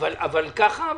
אבל ככה?